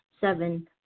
Seven